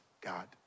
God